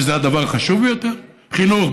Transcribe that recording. שזה הדבר החשוב ביותר: חינוך,